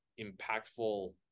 impactful